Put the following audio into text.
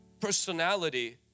personality